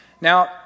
Now